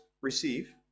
receive